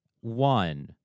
one